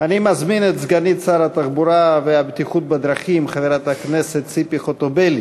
אני מזמין את סגנית שר התחבורה והבטיחות בדרכים חברת הכנסת ציפי חוטובלי